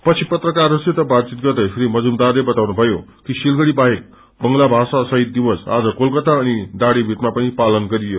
पछि पत्रकारहरूसित बातचित गर्दै श्री मजुमदारले बताउनुभयो कि सिलगड़ी बाहेक बंगला भाषा श्हीद दिवस आज कोलकात अनि दिड़ीभितमा पनि पालन गरियो